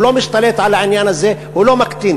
הוא לא משתלט על העניין הזה, הוא לא מקטין.